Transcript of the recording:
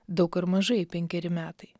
daug ar mažai penkeri metai